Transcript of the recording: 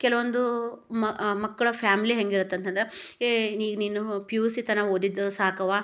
ಕೆಲವೊಂದು ಮಕ್ಕಳ ಫ್ಯಾಮಿಲಿ ಹೇಗಿರುತ್ತತಂದ್ರೆ ಏ ನೀನು ಪಿ ಯು ಸಿ ತನಕ ಓದಿದ್ದು ಸಾಕವ್ವ